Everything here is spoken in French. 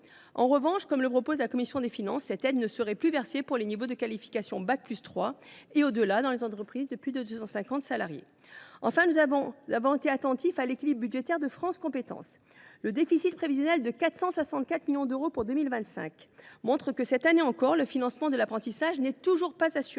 En revanche, comme le propose la commission des finances, cette aide ne serait plus versée pour les niveaux de qualification bac+3 et au delà dans les entreprises de plus de 250 salariés. Enfin, nous avons été attentifs à l’équilibre budgétaire de France Compétences. Son déficit prévisionnel, qui s’élève à 464 millions d’euros pour 2025, montre que, cette année encore, le financement de l’apprentissage n’est pas assuré.